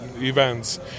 events